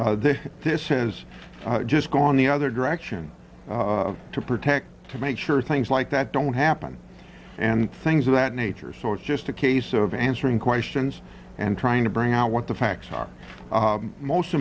this has just gone the other direction to protect to make sure things like that don't happen and things of that nature so it's just a case of answering questions and trying to bring out what the facts are most